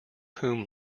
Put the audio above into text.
whom